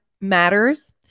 matters